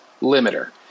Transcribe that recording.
limiter